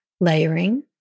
layering